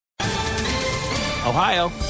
ohio